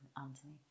Anthony